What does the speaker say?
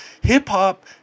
Hip-hop